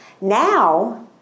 Now